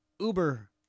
uber